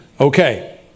Okay